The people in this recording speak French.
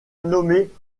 nommée